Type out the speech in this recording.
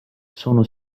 sono